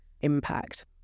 impact